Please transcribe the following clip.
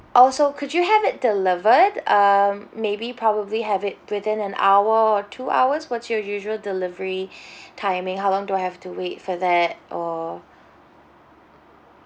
also could you have it delivered um maybe probably have it within an hour or two hours what's your usual delivery timing how long do I have to wait for that or